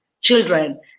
children